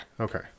okay